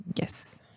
Yes